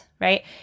right